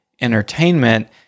entertainment